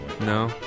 No